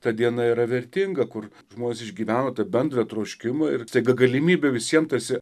ta diena yra vertinga kur žmonės išgyvena tą bendrą troškimą ir staiga galimybė visiems tarsi